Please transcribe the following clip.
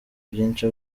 byinshi